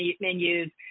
menus